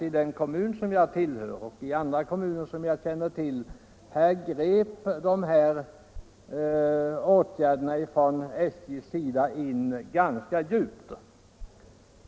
I den kommun som jag tillhör och även i andra kommuner, som jag känner till förhållandena i, ingrep de här åtgärderna ifrån SJ ganska djupt.